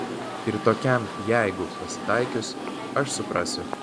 ir tokiam jeigu pasitaikius aš suprasiu